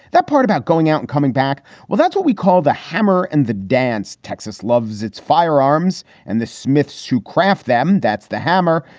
that part about going out and coming back. well, that's what we call the hammer and the dance. texas loves its firearms and the smiths who craft them. that's the hammer.